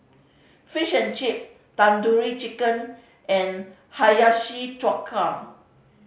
Fish and Chip Tandoori Chicken and Hiyashi Chuka